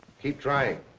keep trying.